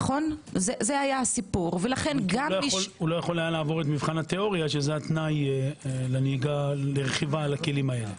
לא יכול היה לעבור את מבחן התיאוריה שזה התנאי לרכיבה על הכלים האלה.